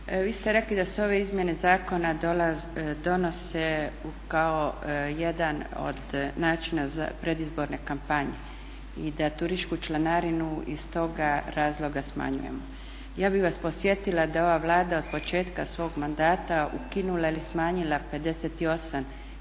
vi ste rekli da se ove izmjene zakona donose kao jedan od načina predizborne kampanje i da turističku članarinu iz toga razloga smanjujemo. Ja bih vas podsjetila da ova Vlada od početka svog mandata ukinula ili smanjila 58